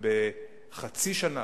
ובחצי שנה,